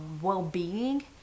well-being